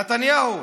נתניהו,